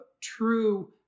true